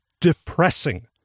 depressing